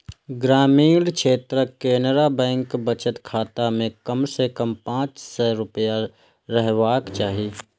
ग्रामीण क्षेत्रक केनरा बैंक बचत खाता मे कम सं कम पांच सय रुपैया रहबाक चाही